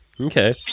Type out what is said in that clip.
Okay